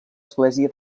església